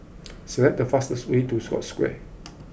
select the fastest way to Scotts Square